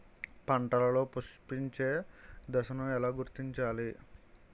పంటలలో పుష్పించే దశను ఎలా గుర్తించాలి?